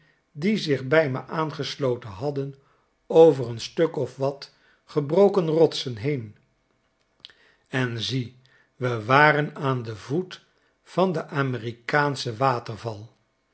die zich bij me aangesloten hadden over een stuk of wat gebroken rotsen heen en zie we waren aan den voet van den amerikaanschen water